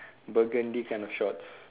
burgundy kind of shorts